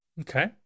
Okay